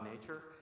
nature